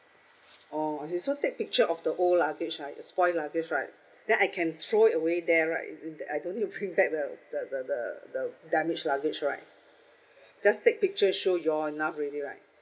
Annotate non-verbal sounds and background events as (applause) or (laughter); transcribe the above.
oh is it so take picture of the whole luggage right the spoiled luggage right then I can throw it away there right that I don't need (laughs) to bring back that the the the the the damage luggage right just take picture show you all enough already right